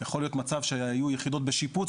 יכול להיות מצב שהיו יחידות בשיפוץ